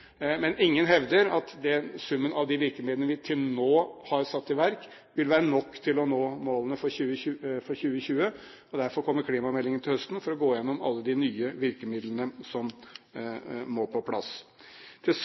Men ingen hevder at summen av de virkemidlene vi til nå har satt i verk, vil være nok til å nå målene for 2020. Derfor kommer klimameldingen til høsten, for å gå gjennom alle de nye virkemidlene som må på plass. Til